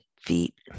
feet